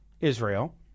Israel